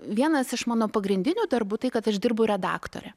vienas iš mano pagrindinių darbų tai kad aš dirbu redaktore